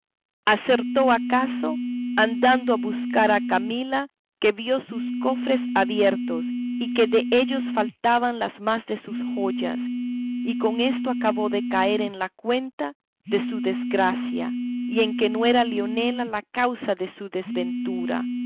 acertó acaso andando a buscar a camila que vio sus cofres abiertos y que dellos faltaban las más de sus joyas y con esto acabó de caer en la cuenta de su desgracia y en que no era leonela la causa de su desventura